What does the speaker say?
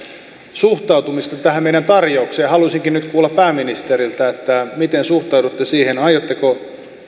suhtautumisesta tähän meidän tarjoukseemme ja haluaisinkin nyt kuulla pääministeriltä miten suhtaudutte siihen aiotteko